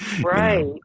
Right